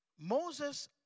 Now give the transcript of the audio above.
Moses